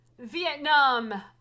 Vietnam